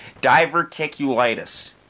diverticulitis